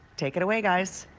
take it away, guys.